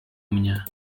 mnie